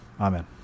Amen